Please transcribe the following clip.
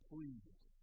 Please